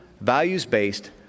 values-based